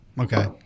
Okay